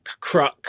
cruck